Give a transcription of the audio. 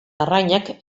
arrainak